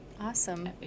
Awesome